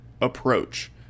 approach